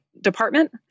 department